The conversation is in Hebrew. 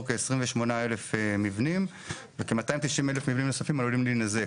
כ-28,000 מבנים וכ-290,000 נוספים עלולים להינזק.